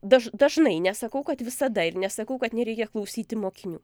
daž dažnai nesakau kad visada ir nesakau kad nereikia klausyti mokinių